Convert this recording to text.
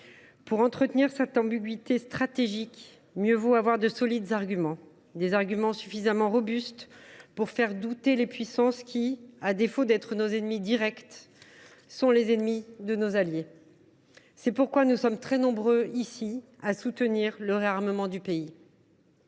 pour entretenir cette ambiguïté stratégique, mieux vaut avoir de solides arguments, des arguments suffisamment robustes pour faire douter les puissances, qui, à défaut d’être nos ennemis directs, sont les ennemis de nos alliés. C’est pourquoi nous sommes très nombreux, ici, à soutenir le réarmement du pays.